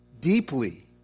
deeply